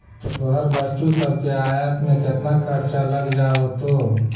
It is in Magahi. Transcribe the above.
तोहर वस्तु सब के आयात में केतना खर्चा लग जा होतो?